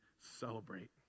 celebrate